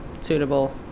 suitable